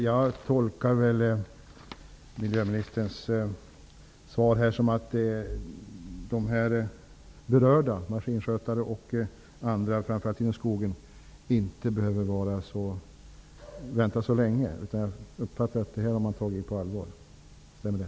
Jag tolkar miljöministerns svar som så att de berörda, maskinskötare och andra, inte behöver vänta så länge. Jag uppfattar det som att man tagit frågan på allvar. Stämmer det?